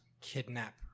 kidnap